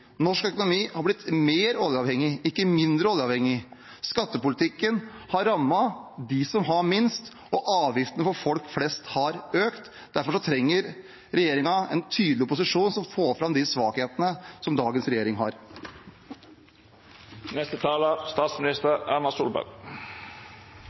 Norsk økonomi har blitt mer oljeavhengig – ikke mindre oljeavhengig. Skattepolitikken har rammet dem som har minst, og avgiftene for folk flest har økt. Derfor trenger regjeringen en tydelig opposisjon som får fram de svakhetene dagens regjering har.